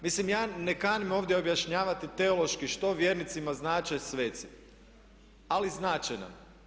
Mislim ja ne kanim ovdje objašnjavati teološki što vjernicima znače sveci ali znače nam.